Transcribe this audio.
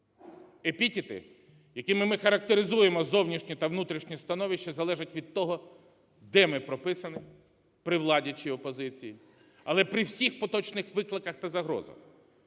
Епітети, якими ми характеризуємо зовнішнє та внутрішнє становище, залежить від того, де ми прописані – при владі чи опозиції, але при всіх поточних викликах та загрозах,